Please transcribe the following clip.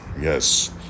Yes